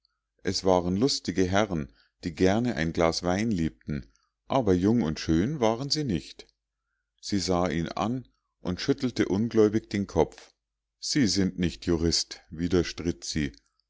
es waren lustige herren die gerne ein glas wein liebten aber jung und schön waren sie nicht sie sah ihn an und schüttelte ungläubig den kopf sie sind nicht jurist widerstritt sie